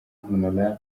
hon